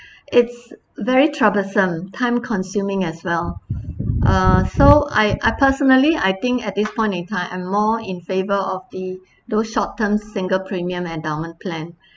it's very troublesome time consuming as well uh so I I personally I think at this point in time I'm more in favour of the those short term single premium endowment plan